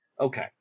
okay